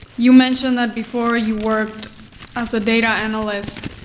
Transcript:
you mentioned that before you worked as a data analyst.